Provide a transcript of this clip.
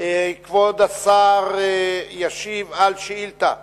כבוד השר ישיב על שאילתא מס'